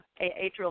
atrial